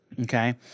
okay